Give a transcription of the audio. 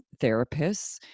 therapists